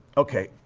okay.